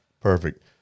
Perfect